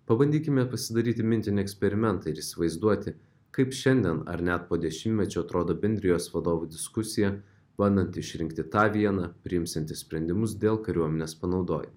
pabandykime pasidaryti mintinį eksperimentą ir įsivaizduoti kaip šiandien ar net po dešimtmečio atrodo bendrijos vadovų diskusija bandant išrinkti tą vieną priimsiantį sprendimus dėl kariuomenės panaudojimo